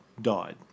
died